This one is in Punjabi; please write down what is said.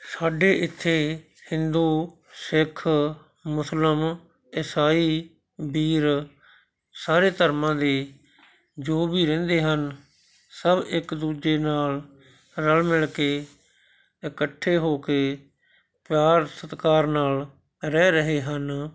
ਸਾਡੇ ਇੱਥੇ ਹਿੰਦੂ ਸਿੱਖ ਮੁਸਲਿਮ ਇਸਾਈ ਵੀਰ ਸਾਰੇ ਧਰਮਾਂ ਦੇ ਜੋ ਵੀ ਰਹਿੰਦੇ ਹਨ ਸਭ ਇੱਕ ਦੂਜੇ ਨਾਲ ਰਲ ਮਿਲ ਕੇ ਇਕੱਠੇ ਹੋ ਕੇ ਪਿਆਰ ਸਤਿਕਾਰ ਨਾਲ ਰਹਿ ਰਹੇ ਹਨ